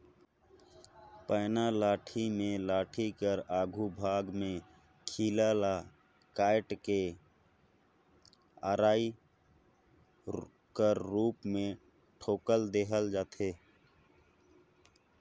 पैना लाठी मे लाठी कर आघु भाग मे खीला ल काएट के अरई कर रूप मे ठोएक देहल जाथे